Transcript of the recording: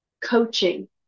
coaching